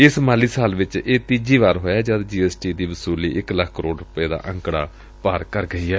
ਇਸ ਮਾਲੀ ਸਾਲ ਵਿਚ ਇਹ ਤੀਜੀ ਵਾਰ ਹੋਇਐ ਜਦ ਜੀ ਐਸ ਟੀ ਦੀ ਵਸੂਲੀ ਇਕ ਲੱਖ ਕਰੋੜ ਦਾ ਅੰਕੜਾ ਪਾਰ ਕਰ ਗਈ ਏ